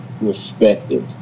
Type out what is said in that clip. respected